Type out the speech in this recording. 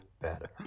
better